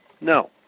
No